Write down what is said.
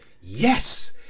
yes